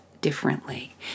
differently